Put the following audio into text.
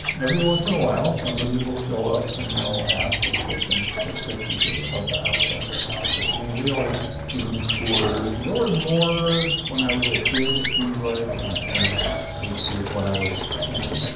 every once in a while somebody will show up and they'll ask if they can take pictures of the outside of the house or something, and we always give them tours and there were more when i was a kid it seems like. my parents moved here when i was ten.